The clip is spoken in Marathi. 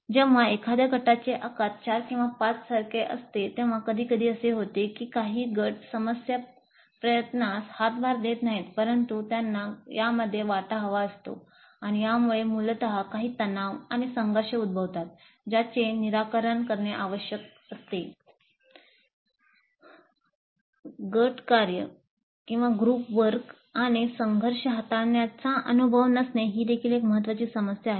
जेव्हा एखाद्या गटाची संख्या 4 किंवा 5 असते तेव्हा कधीकधी असे होते की काही गट सदस्या प्रयत्नास हातभार देत नाहीत परंतु त्यांना यामध्ये वाटा हवा असतो आणि यामुळे मूलत काही तणाव आणि संघर्ष उद्भवतात ज्याचे निराकरण करणे आवश्यक असते गट कार्य आणि संघर्ष हाताळण्याचा अनुभव नसणे ही देखील एक महत्त्वाची समस्या आहे